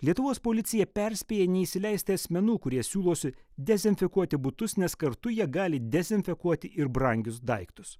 lietuvos policija perspėja neįsileisti asmenų kurie siūlosi dezinfekuoti butus nes kartu jie gali dezinfekuoti ir brangius daiktus